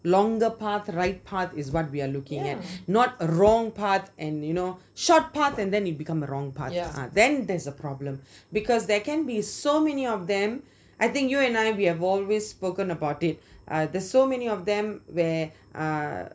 longer path the right part is what we are looking at not a wrong path and you know short part and then you become the wrong part then there's a problem because there can be so many of them I think you and I have we have always spoken about it uh there's so many of them where uh